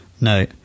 No